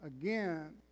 again